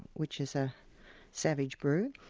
which is a savage brew.